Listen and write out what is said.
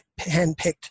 handpicked